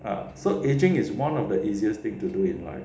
uh so aging is one of the easiest thing to do in life